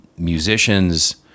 musicians